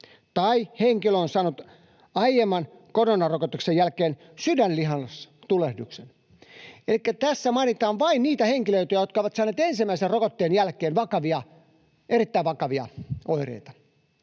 tai henkilö on saanut aiemman koronarokotuksen jälkeen sydänlihastulehduksen. Elikkä tässä mainitaan vain niitä henkilöitä, jotka ovat saaneet ensimmäisen rokotteen jälkeen vakavia, erittäin vakavia oireita.